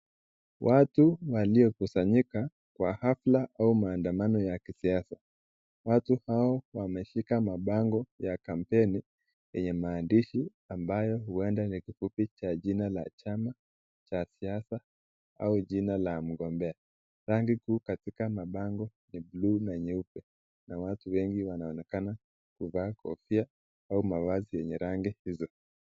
Watu waliokusanyika kwa hafla au maandamano ya kisiasa. Watu hao wameshika mabango ya kampeni yenye maandishi ambayo huenda ni ya kifupi cha jina ya chama cha siasa au jina la mgombea. Rangi kuu katika mabango ya buluu na nyeupe na watu wengi wanaonekana kuvaa kofia au mavazi yenye rangi hizo.